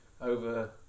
over